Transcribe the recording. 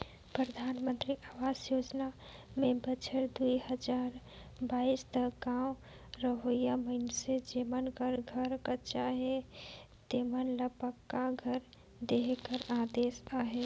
परधानमंतरी अवास योजना में बछर दुई हजार बाइस तक गाँव रहोइया मइनसे जेमन कर घर कच्चा हे तेमन ल पक्का घर देहे कर उदेस अहे